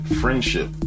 friendship